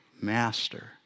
Master